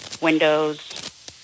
windows